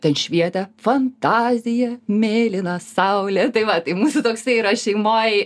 ten švietė fantazija mėlyna saulė tai va tai mūsų toksai tai yra šeimoje